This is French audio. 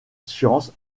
science